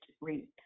read